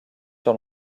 pour